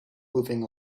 moving